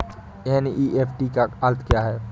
NEFT का अर्थ क्या है?